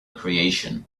creation